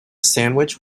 sandwich